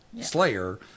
slayer